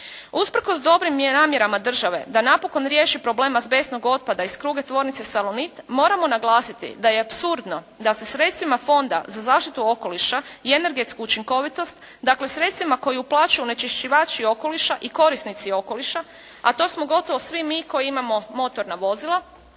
Usprkos dobrim namjerama države da napokon riješi problem azbestnog otpada iz kruga tvornice "Salonit" moramo naglasiti da je apsurdno da se sredstvima Fonda za zaštitu okoliša i energetsku učinkovitost, dakle sredstvima koje uplaćuju onečišćivači okoliša i korisnici okoliša, a to smo gotovo svi mi koji imamo motorno vozilo,